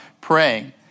praying